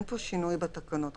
אין פה שינוי בתקנות,